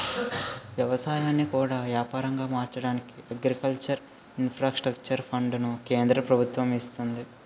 ఎవసాయాన్ని కూడా యాపారంగా మార్చడానికి అగ్రికల్చర్ ఇన్ఫ్రాస్ట్రక్చర్ ఫండును కేంద్ర ప్రభుత్వము ఇస్తంది